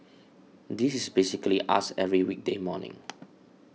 this is basically us every weekday morning